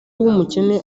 w’umukene